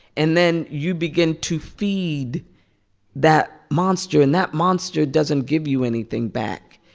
and then you begin to feed that monster. and that monster doesn't give you anything back.